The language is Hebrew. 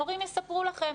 מורים יספרו לכם.